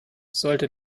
sollte